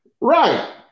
Right